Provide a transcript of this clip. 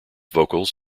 vocals